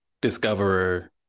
discoverer